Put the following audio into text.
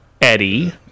Eddie